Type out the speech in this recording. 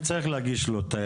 מי צריך להגיש לו אותה?